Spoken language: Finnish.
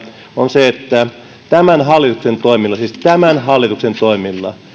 on se että tämän hallituksen toimilla siis tämän hallituksen toimilla